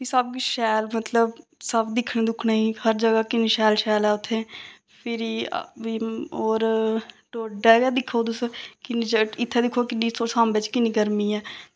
ते सब किश शैल मतलब सब दिक्खने दुक्खने गी हर जगह् किन्नी शैल शैल ऐ उत्थें फिरी होर डोडै गै दिक्खो तुस किन्नी शैल इत्थें दिक्खो तुस सांबा च किन्नी गरमी ऐ